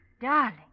Darling